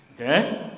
Okay